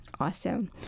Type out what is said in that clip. Awesome